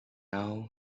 now